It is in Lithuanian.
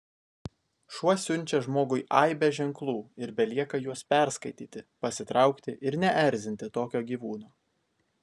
šuo siunčia žmogui aibę ženklų ir belieka juos perskaityti pasitraukti ir neerzinti tokio gyvūno